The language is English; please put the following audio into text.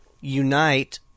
unite